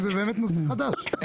זה באמת נושא חדש.